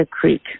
Creek